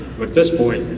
with this point,